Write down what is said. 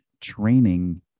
training